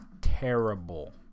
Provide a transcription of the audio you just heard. terrible